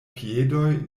piedoj